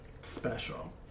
special